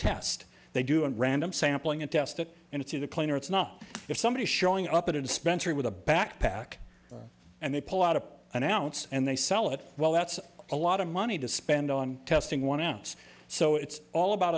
test they do a random sampling and test it and it's either clean or it's not if somebody's showing up at a dispensary with a backpack and they pull out of an ounce and they sell it well that's a lot of money to spend on testing one ounce so it's all about